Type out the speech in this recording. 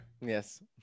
yes